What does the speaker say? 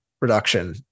reduction